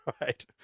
Right